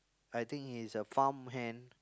I think he's a farmhand